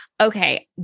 Okay